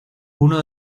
uno